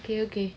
okay okay